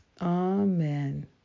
Amen